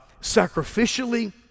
sacrificially